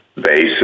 basic